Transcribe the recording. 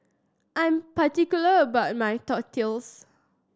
I am particular about my Tortillas